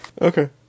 Okay